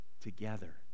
together